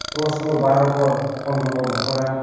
दस घर बार' घर पन्द्र' घर न'खरा